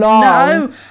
No